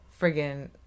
friggin